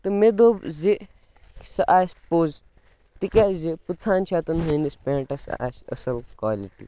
تہٕ مےٚ دوٚپ زِ سُہ آسہِ پوٚز تِکیٛازِ پٕژہن شَتَن ہٕنٛدِس پٮ۪نٛٹَس آسہِ اَصٕل کالِٹی